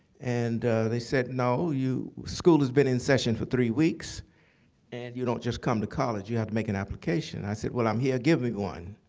and they said, no, school has been in session for three weeks and you don't just come to college you have to make an application. i said, well, i'm here, give me one.